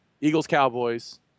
Eagles-Cowboys